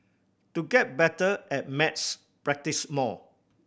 to get better at maths practise more